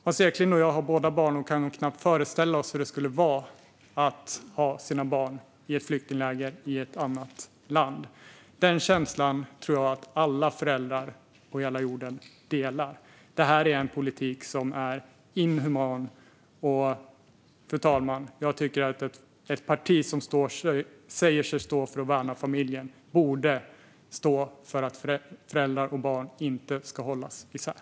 Hans Eklind och jag har båda barn och kan nog knappt föreställa oss hur det skulle vara att ha sina barn i ett flyktingläger i ett annat land. Den känslan tror jag att alla föräldrar på hela jorden delar. Det här är inhuman politik. Jag tycker, fru talman, att ett parti som säger sig värna familjen borde stå för att föräldrar och barn inte ska hållas isär.